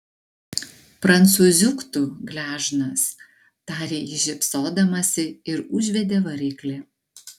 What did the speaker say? prancūziuk tu gležnas tarė ji šypsodamasi ir užvedė variklį